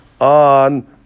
on